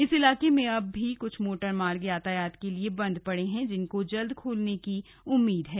इस इलाके में अब भी कुछ मोटर मार्ग यातायात के लिए बंद पड़े हैं जिनके जल्द खुलने की उम्मीद है